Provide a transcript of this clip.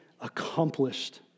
accomplished